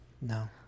No